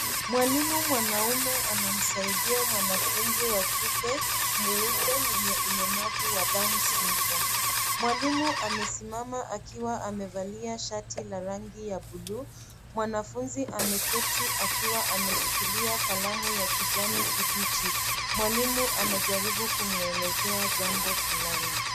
Mwalimu mwanaume anamsaidia mwafunzi wa kike mweupe mwenye ulemavu wa down syndrome . Mwalimu amesimama akiwa amevalia shati la rangi ya buluu. Mwanafunzi ameketi akiwa ameshikilia kalamu ya kijani kibichi. Mwalimu anajaribu kumuelezea jambo fulani.